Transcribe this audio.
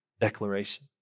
declaration